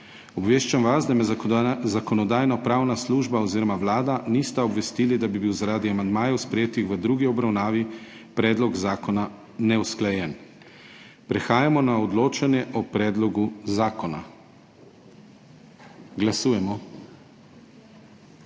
Obveščam vas, da me Zakonodajno-pravna služba oziroma Vlada nista obvestili, da bi bil zaradi amandmajev, sprejetih v drugi obravnavi, Predlog zakona neusklajen. Prehajamo na odločanje o Predlogu zakona. Glasujemo.